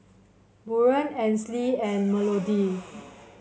Buren Ansley and Melodee